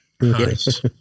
Yes